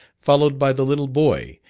followed by the little boy,